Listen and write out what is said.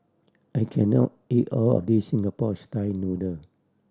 I can not eat all of this Singapore style noodle